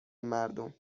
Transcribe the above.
مردم